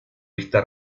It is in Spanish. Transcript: esta